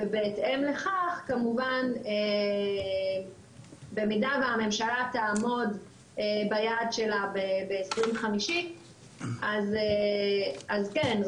ובהתאם לכך כמובן במידה והממשלה תעמוד ביעד שלה ב-2050 אז כן,